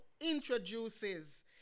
introduces